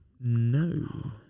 No